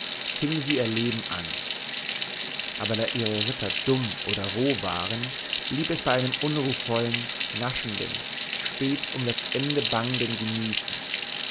fing sie ihr leben an aber da ihre ritter dumm oder roh waren blieb es bei einem unruhvollen naschenden stets um das ende bangenden genießen